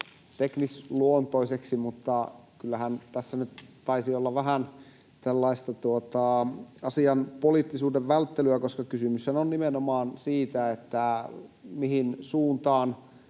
teknisluontoiseksi, mutta kyllähän tässä nyt taisi olla vähän tällaista asian poliittisuuden välttelyä, koska kysymyshän on nimenomaan siitä, mihin suuntaan